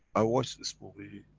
i watched this movie,